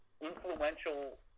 influential